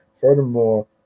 furthermore